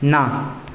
ना